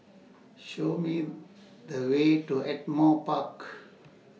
Show Me The Way to Ardmore Park